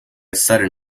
sudden